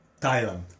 Thailand